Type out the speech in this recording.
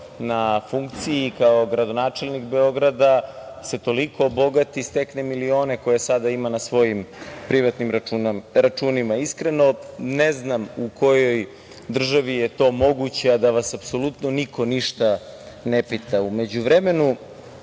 na funkciji kao gradonačelnik Beograda, se toliko obogati, stekne milione koje sada ima na svojim privatnim računima? Iskreno, ne znam u kojoj državi je to moguće, a da vas apsolutno niko ništa ne pita.U međuvremenu,